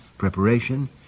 preparation